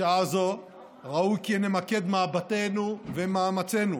בשעה זו ראוי כי נמקד מבטינו ומאמצינו